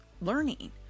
learning